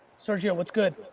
sergio, what's good?